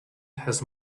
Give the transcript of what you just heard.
has